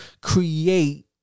create